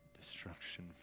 destruction